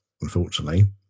unfortunately